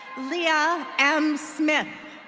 lea ah m smith.